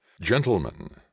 Gentlemen